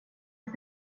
att